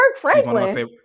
franklin